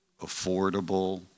affordable